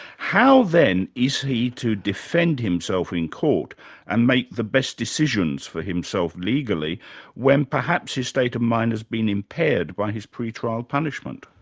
how, then, is he to defend himself in court and make the best decisions for himself legally when perhaps his state of mind has been impaired by his pre-trial punishment?